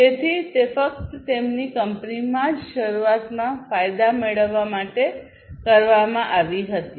તેથી તે ફક્ત તેમની કંપનીમાં જ શરૂઆતમાં ફાયદા મેળવવા માટે કરવામાં આવ્યું હતું